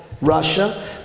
Russia